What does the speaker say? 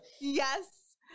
Yes